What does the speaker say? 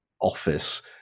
office